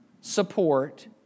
support